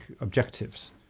objectives